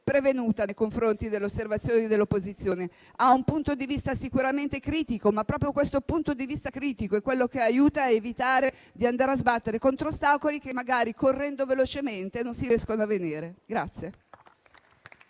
prevenuta nei confronti delle osservazioni dell'opposizione, che ha un punto di vista sicuramente critico, ma è proprio questo che aiuta a evitare di andare a sbattere contro ostacoli che magari, correndo velocemente, non si riescono a vedere.